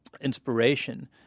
inspiration